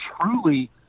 truly